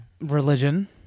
religion